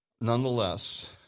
Nonetheless